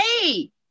hey